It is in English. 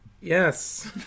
Yes